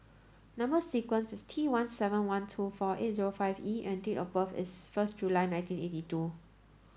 number sequence is T one seven one two four eight zero five E and date of birth is first July nineteen eighty two